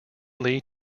lead